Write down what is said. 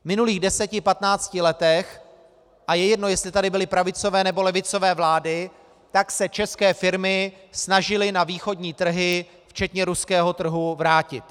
V minulých deseti patnácti letech a je jedno, jestli tady byly pravicové, nebo levicové vlády se české firmy snažily na východní trhy včetně ruského trhu vrátit.